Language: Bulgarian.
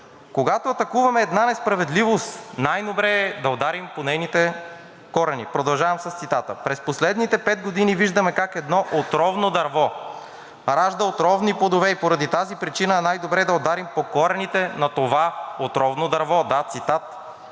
Когато атакуваме една несправедливост, най-добре е да ударим по нейните корени. Продължавам с цитата: „През последните пет години виждаме как едно отровно дърво ражда отровни плодове и поради тази причина е най-добре да ударим по корените на това отровно дърво, а